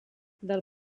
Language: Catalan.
del